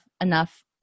enough